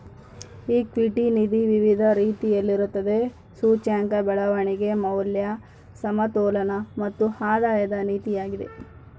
equity ನಿಧಿ ವಿವಿಧ ರೀತಿಯಲ್ಲಿರುತ್ತದೆ, ಸೂಚ್ಯಂಕ, ಬೆಳವಣಿಗೆ, ಮೌಲ್ಯ, ಸಮತೋಲನ ಮತ್ತು ಆಧಾಯದ ನಿಧಿಯಾಗಿದೆ